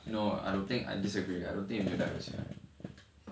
no I don't think I disagree I don't think you don't have this you know